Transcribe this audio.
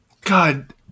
God